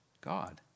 God